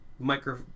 Micro